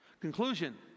Conclusion